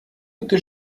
bitte